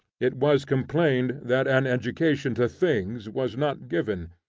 it was complained that an education to things was not given.